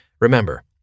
Remember